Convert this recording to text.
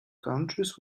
countries